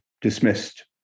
dismissed